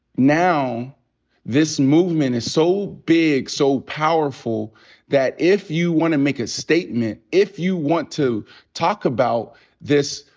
now this movement is so big, so powerful that if you wanna make a statement, if you want to talk about this,